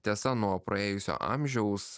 tiesa nuo praėjusio amžiaus